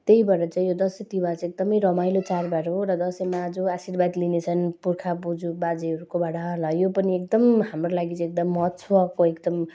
त्यही भएर यो दसैँ र तिहार चाहिँ एकदम रमाइलो चाडबाड हो र दसैँमा जो आशीर्वाद लिने छन् पुर्खा बोजू बाजेहरूकोबाट ल यो पनि एकदम हाम्रो लागि चाहिँ एकदम महत्त्वको एकदम